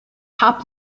top